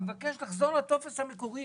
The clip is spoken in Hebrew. אני מבקש לחזור לטופס המקורי.